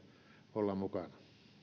olla mukana